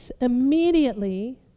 immediately